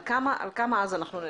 על כמה אז נדבר.